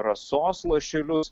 rasos lašelius